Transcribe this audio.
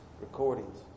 recordings